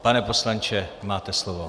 Pane poslanče, máte slovo.